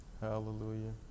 Hallelujah